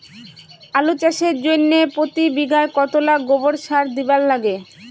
আলু চাষের জইন্যে প্রতি বিঘায় কতোলা গোবর সার দিবার লাগে?